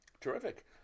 terrific